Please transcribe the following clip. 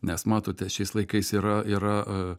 nes matote šiais laikais yra yra